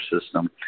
system